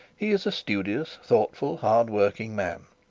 he is a studious, thoughtful, hard-working man.